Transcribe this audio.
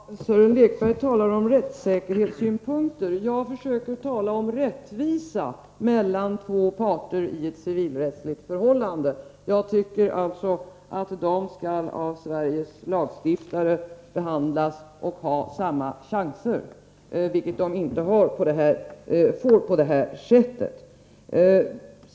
Herr talman! Sören Lekberg talar om rättssäkerhetssynpunkter. Jag försöker tala om rättvisa mellan två parter i ett civilrättsligt förhållande. Jag tycker att dessa bör behandlas lika av Sveriges lagstiftare och ha samma chanser, vilket de inte får på det här sättet.